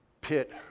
pit